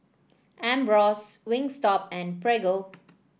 Ambros Wingstop and Prego